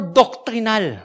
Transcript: doctrinal